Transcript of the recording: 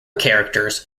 characters